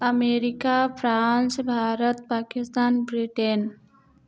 America France Bharat Pakistan Britain